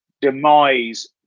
demise